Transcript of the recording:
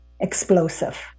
explosive